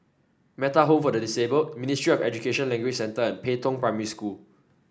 Metta Home for the Disabled Ministry of Education Language Centre and Pei Tong Primary School